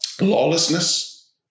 Lawlessness